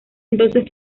entonces